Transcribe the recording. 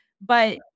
but-